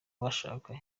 bashaka